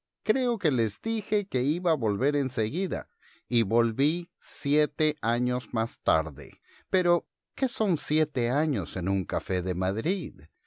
creo que les dije que iba a volver en seguida y volví siete años más tarde pero qué son siete años en un café de madrid